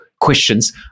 questions